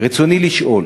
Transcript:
רצוני לשאול: